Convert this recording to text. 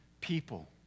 people